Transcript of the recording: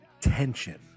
tension